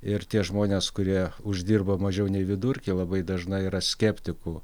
ir tie žmonės kurie uždirba mažiau nei vidurkį labai dažnai yra skeptikų